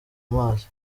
mazi